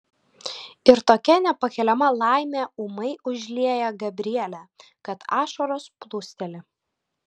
ir tokia nepakeliama laimė ūmai užlieja gabrielę kad ašaros plūsteli